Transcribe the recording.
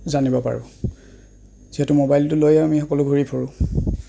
জানিব পাৰোঁ যিহেতু মোবাইলটো লৈয়ে আমি সকলো ঘূৰি ফুৰোঁ